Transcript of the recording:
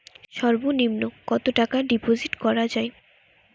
সর্ব নিম্ন কতটাকা ডিপোজিট করা য়ায়?